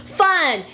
fun